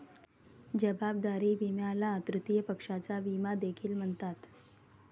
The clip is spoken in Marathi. जबाबदारी विम्याला तृतीय पक्षाचा विमा देखील म्हणतात